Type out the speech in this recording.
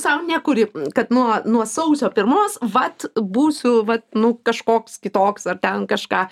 sau nekuri kad nuo nuo sausio pirmos vat būsiu vat nu kažkoks kitoks ar ten kažką